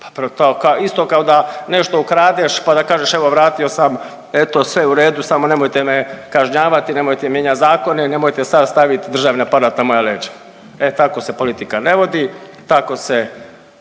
kao, isto kao da nešto ukradeš pa da kažeš, evo, vratio sam, eto, sve u redu, samo nemojte me kažnjavati, nemojte mijenjati zakone, nemojte sad stavit državni aparat na moja leđa. E tako se politika ne vodi, tako da